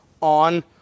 on